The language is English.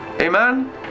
Amen